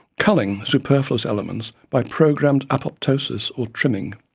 culling superfluous elements by programmed apoptosis, or trimming.